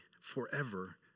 forever